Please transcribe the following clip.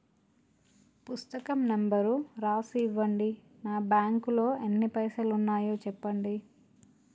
పుస్తకం నెంబరు రాసి ఇవ్వండి? నా బ్యాంకు లో ఎన్ని పైసలు ఉన్నాయో చెప్పండి?